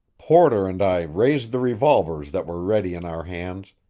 porter and i raised the revolvers that were ready in our hands,